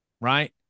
Right